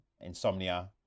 insomnia